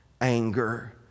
anger